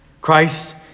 Christ